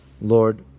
Lord